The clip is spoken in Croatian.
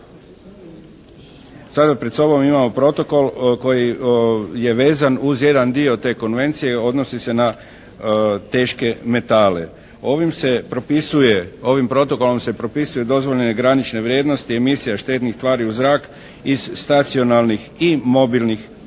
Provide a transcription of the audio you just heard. sada pred sobom imamo protokol koji je vezan uz jedan dio te konvencije. Odnosi se na teške metale. Ovim se propisuje, ovim protokolom se propisuju dozvoljene granične vrijednosti, emisija štetnih tvari iz zraka iz stacionarnih i mobilnih izvora.